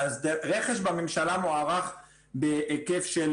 אז רכש בממשלה מוערך בהיקף של